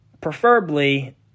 preferably